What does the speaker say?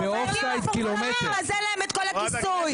לבין מצב של פגיעה משמעותית מאוד בעובדי ציבור ונבחרי ציבור.